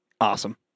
Awesome